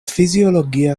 fiziologia